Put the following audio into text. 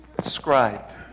scribed